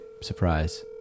surprise